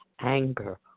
anger